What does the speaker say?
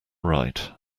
right